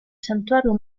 santuario